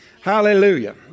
Hallelujah